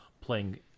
playing